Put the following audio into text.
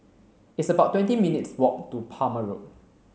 it's about twenty minutes' walk to Palmer Road